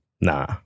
Nah